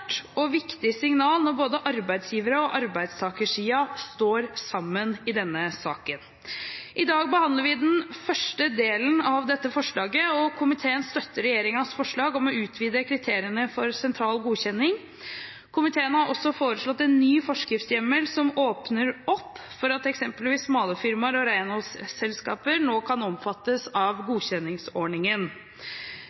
sterkt og viktig signal når både arbeidsgiversiden og arbeidstakersiden står sammen i denne saken. I dag behandler vi den første delen av dette forslaget, og komiteen støtter regjeringens forslag om å utvide kriteriene for sentral godkjenning. Komiteen har også foreslått en ny forskriftshjemmel som åpner opp for at eksempelvis malerfirmaer og renholdsselskaper nå kan omfattes av godkjenningsordningen.